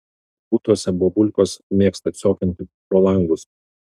butuose bobulkos mėgsta ciokinti pro langus